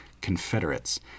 Confederates